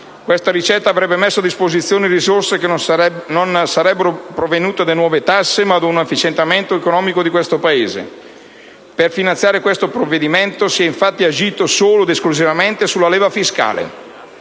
questa ricetta avrebbe messo a disposizione risorse che non sarebbero provenute da nuove tasse, ma da un efficientamento economico del Paese. Per finanziare questo provvedimento si è invece agito solo ed esclusivamente sulla leva fiscale.